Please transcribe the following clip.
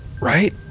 right